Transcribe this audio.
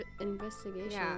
investigation